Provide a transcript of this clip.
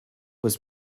was